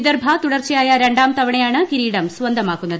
വിദർഭ തുടർച്ചയായ രണ്ടാം തവണയാണ് കിരീടം സ്വന്തമാക്കുന്നത്